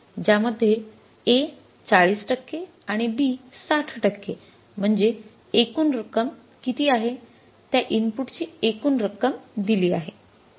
ज्या मध्ये A ४० टक्के आणि B 60 टक्के म्हणजे एकूण रक्कम किती आहे त्या इनपुटची एकूण रक्कम दिली आहे